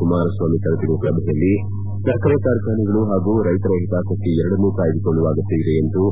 ಕುಮಾರಸ್ವಾಮಿ ಕರೆದಿರುವ ಸಭೆಯಲ್ಲಿ ಸಕ್ಕರೆ ಕಾರ್ಖಾನೆಗಳು ಹಾಗೂ ರೈತರ ಹಿತಾಸಕ್ತಿ ಎರಡನ್ನೂ ಕಾಯ್ದುಕೊಳ್ಳುವ ಅಗತ್ವವಿದೆ ಎಂದು